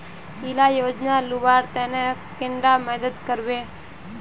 इला योजनार लुबार तने कैडा मदद करबे?